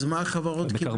אז מה החברות קיבלו?